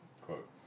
quote